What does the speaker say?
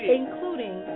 including